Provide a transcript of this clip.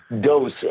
dose